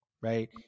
Right